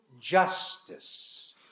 justice